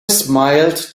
smiled